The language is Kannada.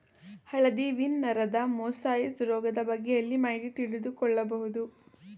ಹಳದಿ ವೀನ್ ನರದ ಮೊಸಾಯಿಸ್ ರೋಗದ ಬಗ್ಗೆ ಎಲ್ಲಿ ಮಾಹಿತಿ ತಿಳಿದು ಕೊಳ್ಳಬಹುದು?